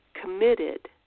committed